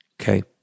Okay